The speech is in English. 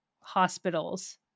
hospitals